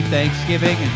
Thanksgiving